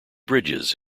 bridges